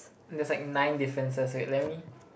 there's like nine differences wait let me